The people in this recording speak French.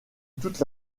toute